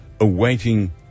awaiting